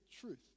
truth